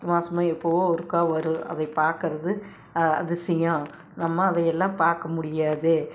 மாதமோ எப்பவோ ஒருக்கா வரும் அதை பார்க்கறது அதிசயம் நம்ம அதையெல்லாம் பார்க்கமுடியாது